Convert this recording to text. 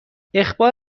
اخبار